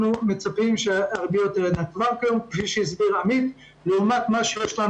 אנחנו מצפים שהריביות יירדו לעומת מה שיש לנו